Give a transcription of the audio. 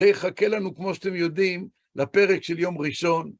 תהיה חכה לנו, כמו שאתם יודעים, לפרק של יום ראשון.